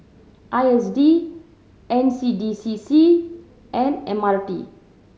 I S D N C D C C and M R T